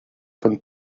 von